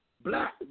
black